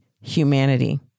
humanity